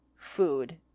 food